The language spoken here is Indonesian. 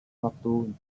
waktu